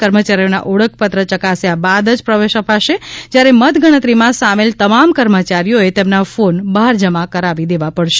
કર્મચારીઓના ઓળખપત્ર ચકાસ્યા બાદ જ પ્રવેશ અપાશે જ્યારે મતગણતરીમાં સામેલ તમામ કર્મચારીઓએ તેમના ફોન બહાર જમા કરાવી દેવા પડશે